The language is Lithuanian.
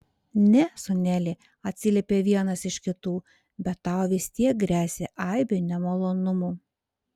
ne sūneli atsiliepė vienas iš kitų bet tau vis tiek gresia aibė nemalonumų